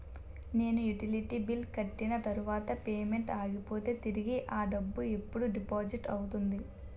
నేను utility bill కట్టిన తర్వాత పేమెంట్ ఆగిపోతే తిరిగి అ డబ్బు ఎప్పుడు డిపాజిట్ అవుతుంది?